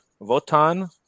Votan